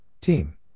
Team